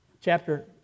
chapter